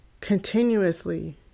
continuously